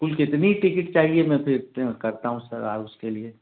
कुल कितनी टिकिट चाहिए मैं फिर तो करता हूँ सर आ उसके लिए